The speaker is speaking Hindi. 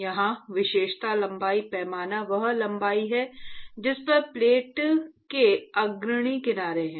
यहाँ विशेषता लंबाई पैमाना वह लंबाई है जिस तक प्लेट के अग्रणी किनारे हैं